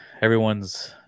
everyone's